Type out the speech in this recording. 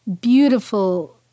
beautiful